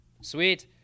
Sweet